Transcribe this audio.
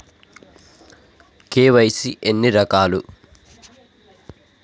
KYC ఎన్ని రకాలు?